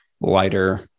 lighter